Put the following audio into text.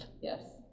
yes